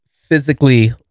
physically